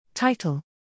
Title